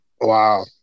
Wow